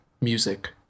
music